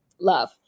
Love